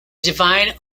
divine